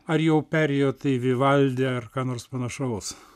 ar jau perėjot į vivaldį ar ką nors panašaus